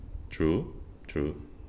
true true